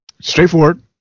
Straightforward